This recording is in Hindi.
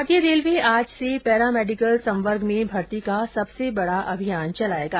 भारतीय रेलवे आज से पैरामेडिकल संवर्ग में भर्ती का सबसे बड़ा अभियान चलाएगा